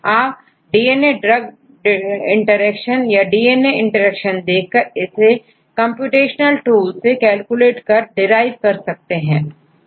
आप DNA drug interaction या DNA interaction देखकर इसे कंप्यूटेशनल टूल से कैलकुलेट कर derive कर सकतेहैं